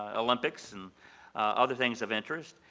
ah olympics and other things of interest,